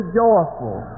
joyful